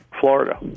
Florida